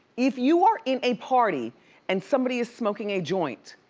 if you are in a party and somebody is smoking a joint,